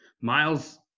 Miles